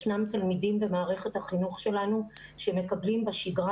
ישנם תלמידים במערכת החינוך שלנו שמקבלים בשגרה